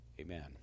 Amen